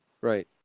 Right